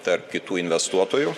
tarp kitų investuotojų